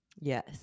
Yes